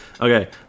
okay